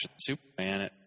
Superman